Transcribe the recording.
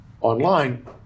online